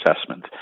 assessment